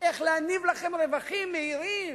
איך להניב לכם רווחים מהירים.